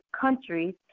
countries